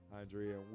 Andrea